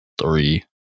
three